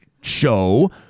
show